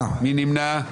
מי נמנע?